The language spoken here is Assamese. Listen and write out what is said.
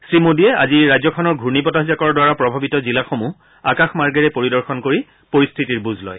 শ্ৰী মোডীয়ে আজি ৰাজ্যখনৰ ঘূৰ্ণী বতাহজাকৰ দ্বাৰা প্ৰভাৱিত জিলাসমূহ আকাশ মাৰ্গেৰে পৰিদৰ্শন কৰি পৰিস্থিতিৰ বুজ লয়